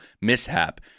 mishap